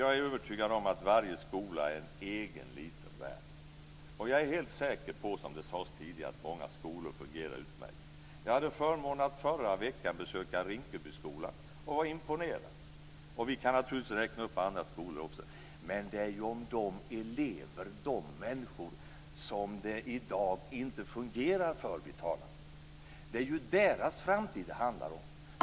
Jag är övertygad om att varje skola är en egen liten värld. Jag är helt säker på - precis som det sades tidigare - att många skolor fungerar utmärkt. Jag hade förmånen att förra veckan besöka Rinkebyskolan och blev imponerad av den. Man kan naturligtvis räkna upp andra skolor också. Men det är ju om de elever, om de människor som det i dag inte fungerar för som vi talar. Det är ju deras framtid som det handlar om.